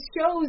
shows